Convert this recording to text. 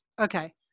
Okay